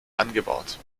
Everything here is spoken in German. angebaut